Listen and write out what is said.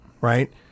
Right